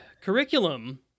curriculum